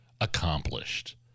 accomplished